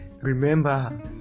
Remember